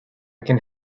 can